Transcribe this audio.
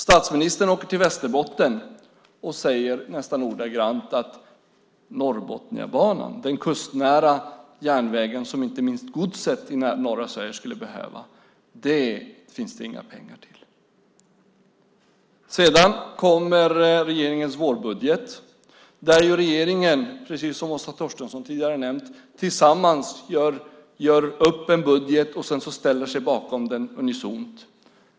Statsministern åker till Västerbotten och säger nästan ordagrant: Norrbotniabanan, den kustnära järnvägen som inte minst godset i norra Sverige skulle behöva, finns det inga pengar till. Sedan kom regeringens vårbudget. Där gör regeringen, precis som Åsa Torstensson tidigare nämnt, tillsammans upp en budget och ställer sig unisont bakom den.